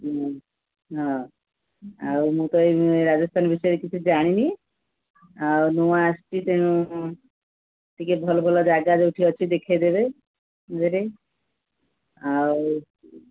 ଉଁ ହଁ ଆଉ ମୁଁ ତ ଏଇ ରାଜସ୍ଥାନ ବିଷୟରେ କିଛି ଜାଣିନି ଆଉ ନୂଆ ଆସିଛି ତେଣୁ ଟିକେ ଭଲ ଭଲ ଜାଗା ଯୋଉଠି ଅଛି ଦେଖେଇଦେବେ ଆଉ